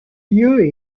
lieu